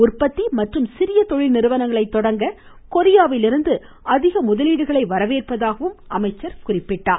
உற்பத்தி மற்றும் சிறியதொழில் நிறுவனங்களை தொடங்க கொரியாவிலிருந்து அதிக முதலீடுகளை வரவேற்பதாக அவர் கூறினார்